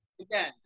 Again